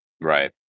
right